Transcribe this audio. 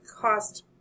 cost